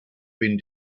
been